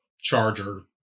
charger